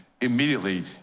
immediately